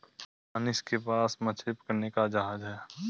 मनीष के पास मछली पकड़ने का जहाज है